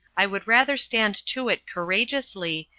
i will rather stand to it courageously,